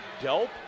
Delp